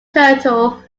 turtle